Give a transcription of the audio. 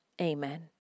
Amen